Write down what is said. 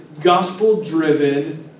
gospel-driven